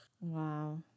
Wow